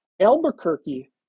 Albuquerque